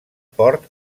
port